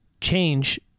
change